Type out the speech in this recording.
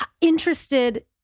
interested